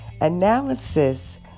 Analysis